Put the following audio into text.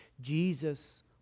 Jesus